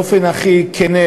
באופן הכי כן,